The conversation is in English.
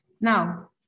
now